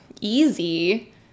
easy